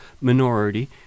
minority